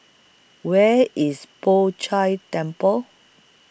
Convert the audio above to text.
Where IS Poh Chai Temple